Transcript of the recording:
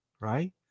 right